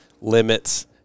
limits